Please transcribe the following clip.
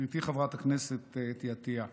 גברתי חברת הכנסת אתי עטיה,